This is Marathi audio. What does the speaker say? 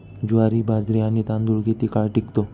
ज्वारी, बाजरी आणि तांदूळ किती काळ टिकतो?